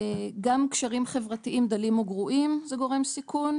גם קשרים חברתיים דלים, או גרועים זה גורם סיכון.